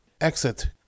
Exit